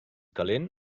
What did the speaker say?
calent